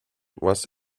was